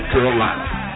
Carolina